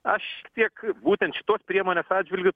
aš tiek būtent šitos priemonės atžvilgiu